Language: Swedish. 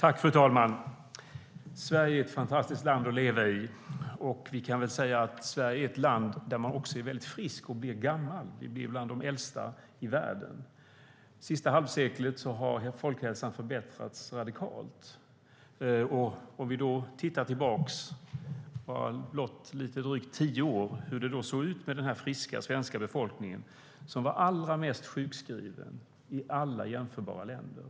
Fru talman! Sverige är ett fantastiskt land att leva i. Vi kan väl säga att Sverige är ett land där man också är väldigt frisk och blir gammal. Vi blir bland de äldsta i världen. Under det senaste halvseklet har folkhälsan förbättrats radikalt. Vi kan titta tillbaka blott lite drygt tio år. Hur såg det då ut med den friska svenska befolkningen? Den var allra mest sjukskriven i förhållande till hur det var i alla jämförbara länder.